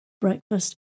breakfast